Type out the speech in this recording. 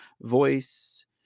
voice